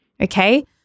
Okay